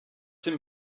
him